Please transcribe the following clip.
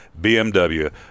BMW